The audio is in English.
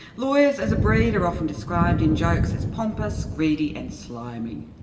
lawyers as a breed are often described in jokes as pompous, greedy and slimy.